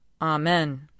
Amen